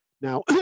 Now